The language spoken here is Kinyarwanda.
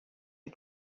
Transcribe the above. y’u